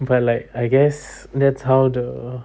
but like I guess that's how the